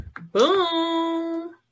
Boom